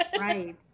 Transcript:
Right